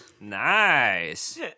Nice